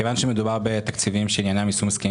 מכיוון שמדובר בתקציבים שעניינם יישום הסכמים